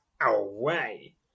Away